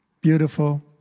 beautiful